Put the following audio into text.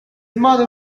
mother